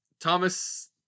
Thomas